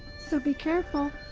so be careful!